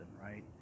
right